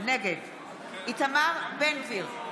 נגד איתמר בן גביר,